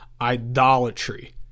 idolatry